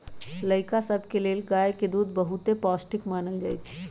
लइका सभके लेल गाय के दूध बहुते पौष्टिक मानल जाइ छइ